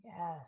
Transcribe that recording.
Yes